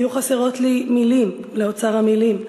היו חסרות לי מילים לאוצר המילים,